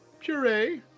puree